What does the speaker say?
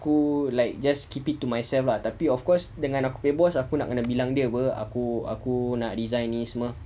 aku like just keep it to myself lah tapi of course dengan aku punya boss aku nak kena bilang dia apa aku aku nak resign ni semua